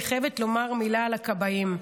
אני חייבת לומר מילה על הכבאים.